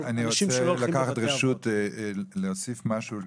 אני רוצה לקחת רשות להוסיף משהו.